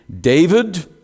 David